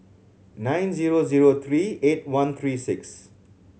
nine zero zero three eight one three six